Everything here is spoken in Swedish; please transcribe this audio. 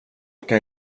kan